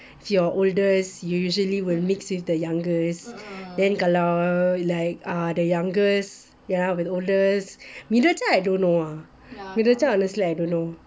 if your oldest you usually will mix with the youngest then kalau like the youngest hang out with oldest middle child I don't know ah middle chair honestly I don't know